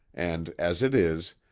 and as it is,